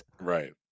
right